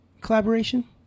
collaboration